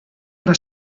era